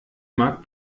mag